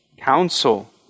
counsel